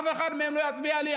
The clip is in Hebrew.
אף אחד מהם לא יצביע לי.